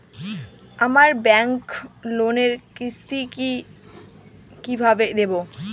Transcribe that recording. আমার ব্যাংক লোনের কিস্তি কি কিভাবে দেবো?